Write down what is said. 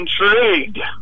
intrigued